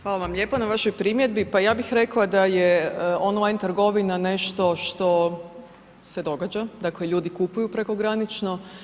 Hvala vam lijepo na vašoj primjedbi, pa ja bih rekla da je on line trgovina nešto što se događa, dakle ljudi kupuju prekogranično.